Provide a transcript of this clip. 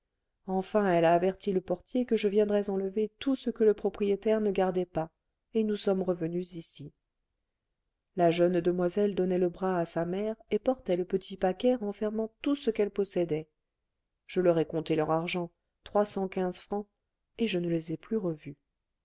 enfin elle a averti le portier que je viendrais enlever tout ce que le propriétaire ne gardait pas et nous sommes revenues ici la jeune demoiselle donnait le bras à sa mère et portait le petit paquet renfermant tout ce qu'elles possédaient je leur ai compté leur argent trois cent quinze francs et je ne les ai plus revues